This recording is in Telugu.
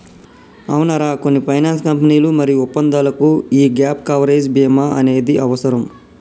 అవునరా కొన్ని ఫైనాన్స్ కంపెనీలు మరియు ఒప్పందాలకు యీ గాప్ కవరేజ్ భీమా అనేది అవసరం